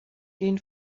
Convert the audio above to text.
den